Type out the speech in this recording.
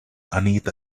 anita